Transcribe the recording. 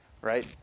right